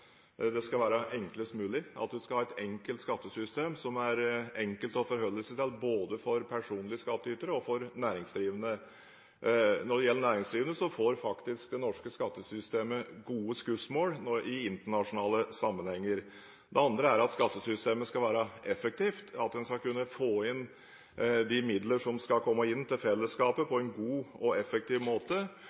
det skal være enklest mulig, at vi skal ha et enkelt skattesystem, som er enkelt å forholde seg til både for personlig skattytere og for næringsdrivende. Når det gjelder næringsdrivende, får faktisk det norske skattesystemet gode skussmål i internasjonale sammenhenger. Det andre er at skattesystemet skal være effektivt, at en skal kunne få inn de midler som skal komme inn til fellesskapet, på en god og effektiv måte.